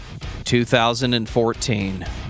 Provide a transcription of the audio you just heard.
2014